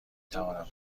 توانم